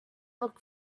look